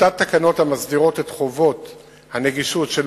טיוטת תקנות המסדירות את חובות הנגישות של